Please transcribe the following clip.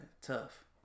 tough